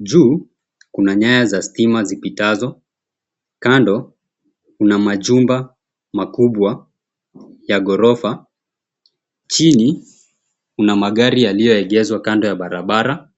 Juu kuna nyaya za stima zipitazo, kando kuna majumba makubwa ya ghorofa. chini kuna magari yaliyoegezwa kando ya barabara